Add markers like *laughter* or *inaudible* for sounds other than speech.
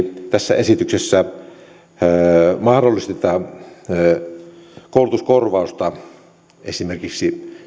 *unintelligible* tässä esityksessä ei mahdollisteta koulutuskorvausta esimerkiksi